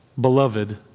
beloved